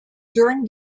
during